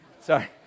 Sorry